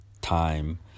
time